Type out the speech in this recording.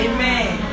Amen